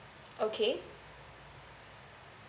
okay